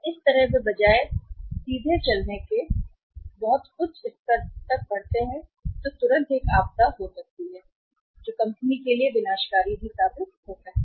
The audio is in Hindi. इस तरह वे इसके बजाय चले गए सीधे एक स्तर से बहुत उच्च स्तर तक बढ़ना तुरंत एक आपदा हो सकती है या जो कंपनी के लिए विनाशकारी साबित हो सकता है